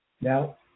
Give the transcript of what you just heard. Now